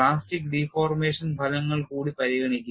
plastic deformation ഫലങ്ങൾ കൂടി പരിഗണിക്കുക